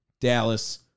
Dallas